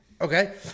Okay